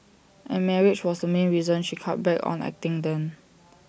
and marriage was the main reason she cut back on acting then